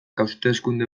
hauteskunde